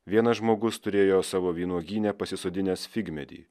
vienas žmogus turėjo savo vynuogyne pasisodinęs figmedį